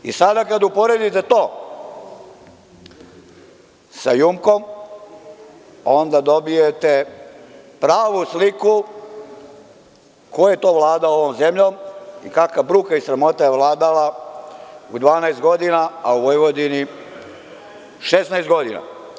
I sada, kada uporedite to sa „Jumkom“, onda dobijete pravu sliku ko je to vladao ovom zemljom i kakva bruka i sramota je vladala 12 godina, a u Vojvodini 16 godina.